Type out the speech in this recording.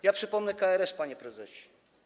Ja przypomnę KRS, panie prezesie.